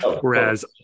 Whereas